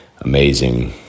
amazing